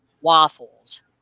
waffles